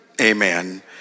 amen